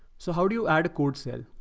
so how do you add a code cell?